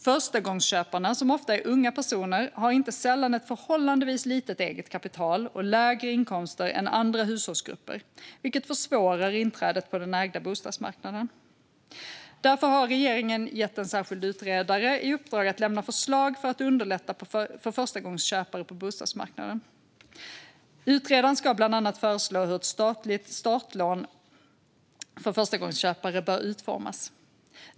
Förstagångsköparna, som ofta är unga personer, har inte sällan ett förhållandevis litet eget kapital och lägre inkomster än andra hushållsgrupper, vilket försvårar inträdet på den ägda bostadsmarknaden. Därför har regeringen gett en särskild utredare i uppdrag att lämna förslag för att underlätta för förstagångsköpare på bostadsmarknaden. Utredaren ska bland annat föreslå hur ett statligt startlån för förstagångsköpare bör utformas.